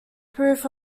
proof